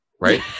Right